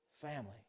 family